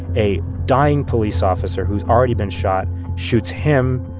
a dying police officer, who's already been shot, shoots him,